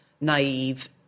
naive